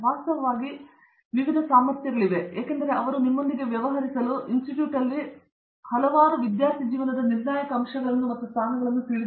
ವಾಸ್ತವವಾಗಿ ವಿವಿಧ ಸಾಮರ್ಥ್ಯಗಳು ಏಕೆಂದರೆ ಅವರು ನಿಮ್ಮೊಂದಿಗೆ ವ್ಯವಹರಿಸಲು ಇನ್ಸ್ಟಿಟ್ಯೂಟ್ ಇಲ್ಲಿ ಹಲವಾರು ವಿದ್ಯಾರ್ಥಿ ಜೀವನದ ನಿರ್ಣಾಯಕ ಅಂಶಗಳನ್ನು ಮತ್ತು ಸ್ಥಾನಗಳನ್ನು ತಿಳಿದಿದೆ